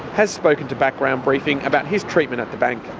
has spoken to background briefing about his treatment at the bank.